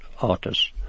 Artists